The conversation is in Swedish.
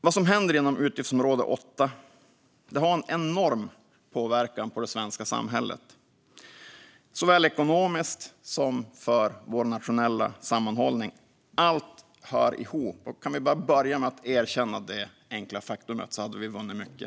Vad som händer inom utgiftsområde 8 har en enorm påverkan på det svenska samhället, såväl ekonomiskt som för vår nationella sammanhållning. Allt hör ihop. Kunde vi bara börja med att erkänna detta enkla faktum hade vi vunnit mycket.